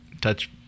touch